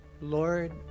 Lord